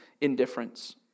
indifference